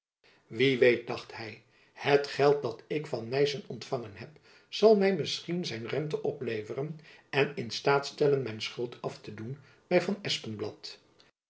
wie weet dacht hy het geld dat ik van nyssen ontfangen heb zal my misschien zijn rente opleveren en in staat stellen mijn schuld af te doen by van